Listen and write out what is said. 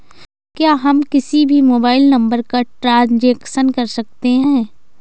क्या हम किसी भी मोबाइल नंबर का ट्रांजेक्शन कर सकते हैं?